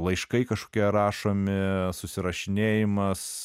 laiškai kažkokie rašomi susirašinėjimas